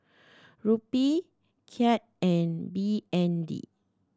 Rupee Kyat and B N D